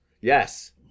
Yes